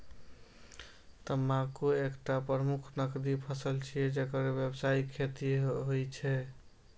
तंबाकू एकटा प्रमुख नकदी फसल छियै, जेकर व्यावसायिक खेती होइ छै